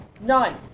Nine